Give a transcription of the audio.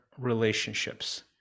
relationships